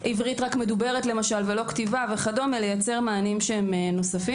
עברית רק מדוברת למשל ולא כתיבה וכדומה - לייצר מענים נוספים.